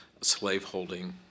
slaveholding